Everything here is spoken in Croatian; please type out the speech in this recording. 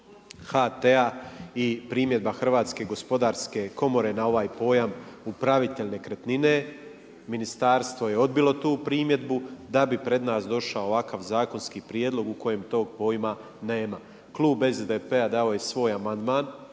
HT-a i primjedba HGK-a na ovaj pojam upravitelj nekretnine, ministarstvo je odbilo tu primjedbu, da bi pred nas došao ovakav zakonski prijedlog u kojem to pojma nema. Klub SDP-a dao je svoj amandman,